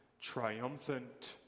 triumphant